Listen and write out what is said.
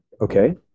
Okay